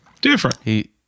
Different